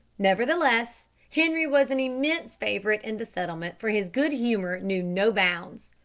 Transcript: nevertheless henri was an immense favourite in the settlement, for his good-humour knew no bounds.